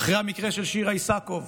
אחרי המקרה של שירה איסקוב,